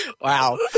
Wow